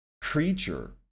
creature